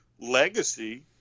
legacy